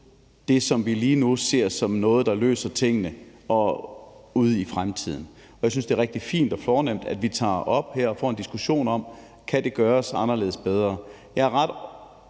det, som vi lige nu ser som noget, der løser tingene ud i fremtiden. Jeg synes, det er rigtig fint og fornemt, at vi tager det op her og får en diskussion om, om det kan gøres anderledes og bedre.